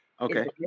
Okay